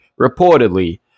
reportedly